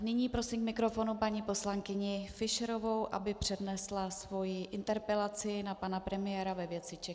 Nyní prosím k mikrofonu paní poslankyni Fischerovou, aby přednesla svoji interpelaci na pana premiéra ve věci Czechia.